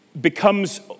becomes